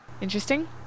interesting